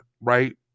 right